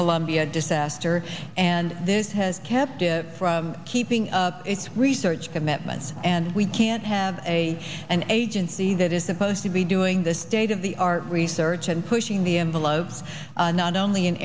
columbia disaster and this has kept it from keeping its research commitments and we can't have a an agency that is supposed to be doing the state of the art research and pushing the envelope not only in